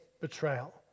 betrayal